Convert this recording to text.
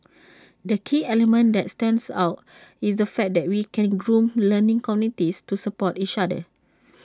the key element that stands out is the fact that we can groom learning communities to support each other